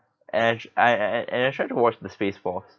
and I I I and I tried to watch the space force